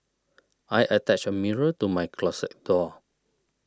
I attached a mirror to my closet door